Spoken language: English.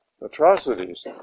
atrocities